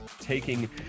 taking